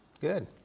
Good